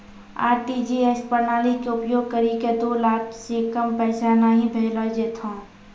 RTGS प्रणाली के उपयोग करि के दो लाख से कम पैसा नहि भेजलो जेथौन